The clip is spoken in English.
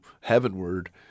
heavenward